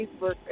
Facebook